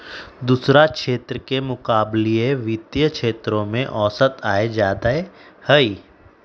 दोसरा क्षेत्र के मुकाबिले वित्तीय क्षेत्र में औसत आय जादे हई